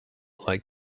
like